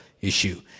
issue